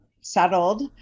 settled